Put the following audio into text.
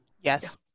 Yes